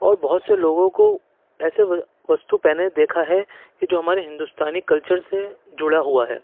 اور بہت سے لوگوں کو ایسے وہ وستو پہنے دیکھا ہے کہ جو ہمارے ہندوستانی کلچر سے جُڑا ہُوا ہے